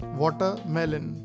watermelon